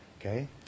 Okay